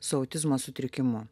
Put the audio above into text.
su autizmo sutrikimu